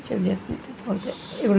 which जेत ना तथ ब एवढं